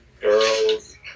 Girls